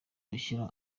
gushyira